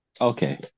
okay